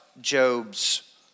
Job's